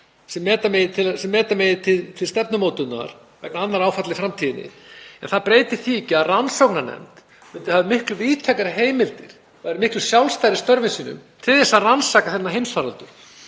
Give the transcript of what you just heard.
sem nýta megi til stefnumótunar vegna annarra áfalla í framtíðinni. En það breytir því ekki að rannsóknarnefnd myndi hafa miklu víðtækari heimildir og væri miklu sjálfstæðari í störfum sínum til að rannsaka þennan heimsfaraldur.